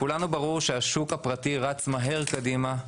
לכולנו ברור שהשוק הפרטי רץ מהר קדימה,